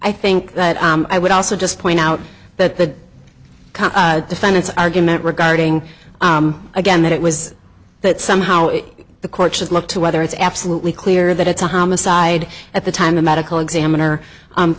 i think that i would also just point out that the defendant's argument regarding again that it was that somehow if the court should look to whether it's absolutely clear that it's a homicide at the time the medical examiner